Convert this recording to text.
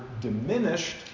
diminished